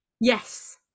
Yes